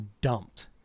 dumped